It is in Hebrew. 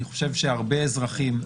אני חושב שהרבה אזרחים,